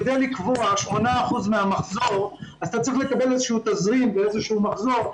כדי לקבוע 8% מהמחזור אתה צריך לקבל איזשהו תזרים ואיזשהו מחזור.